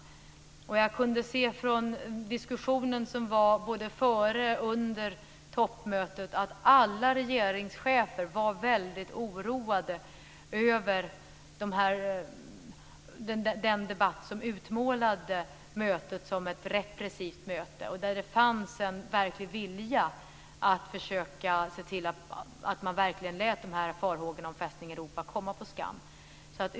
Jag kunde se från diskussionen före och under toppmötet att alla regeringschefer var väldigt oroade över den debatt som utmålade mötet som ett repressivt möte. Där fanns en verklig vilja att försöka se till att man verkligen lät farhågorna om "Fästning Europa" komma på skam.